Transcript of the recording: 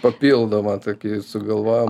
papildomą tokį sugalvojom